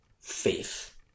Faith